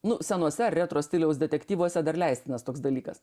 nu senose retro stiliaus detektyvuose dar leistinas toks dalykas